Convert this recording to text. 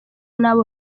n’abo